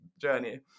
journey